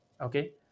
okay